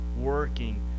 working